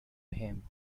him